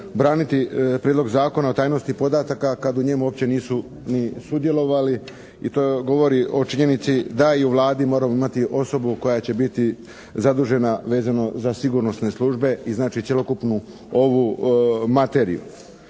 braniti Prijedlog Zakona o tajnosti podataka kad u njemu uopće nisu ni sudjelovali i to govori o činjenici da i u Vladi moramo imati osobu koja će biti zadužena vezano za sigurnosne službe i znači cjelokupnu ovu materiju.